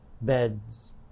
Beds